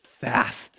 fast